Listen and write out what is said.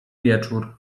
wieczór